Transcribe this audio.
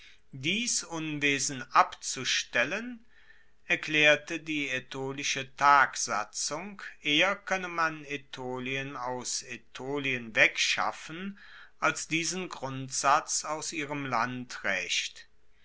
dies unwesen abzustellen erklaerte die aetolische tagsatzung eher koenne man aetolien aus aetolien wegschaffen als diesen grundsatz aus ihrem